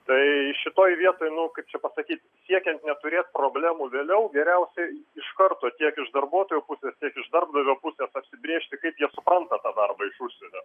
tai šitoj vietoj nu kaip čia pasakyt siekiant neturėt problemų vėliau geriausiai iš karto tiek iš darbuotojo pusės tiek iš darbdavio pusės apsibrėžti kaip jie supranta tą darbą iš užsienio